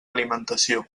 alimentació